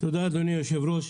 תודה אדוני היו"ר,